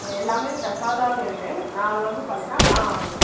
இங்கே எல்லாமே ஃபிரெஸ்ஸாதாங்க இருக்குது நான் வந்து பார்த்தினா ஆ